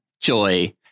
Joy